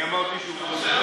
אני אמרתי שהוא רוצח?